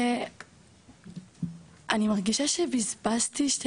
ואני מרגישה שבזבזתי 12